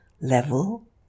level